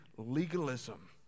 legalism